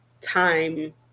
time